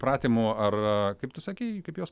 pratimų ar kaip tu sakei kaip jos